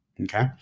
Okay